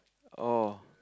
oh